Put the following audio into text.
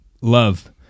love